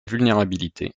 vulnérabilité